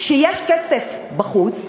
ידעו שיש כסף בחוץ,